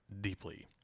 deeply